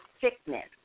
sickness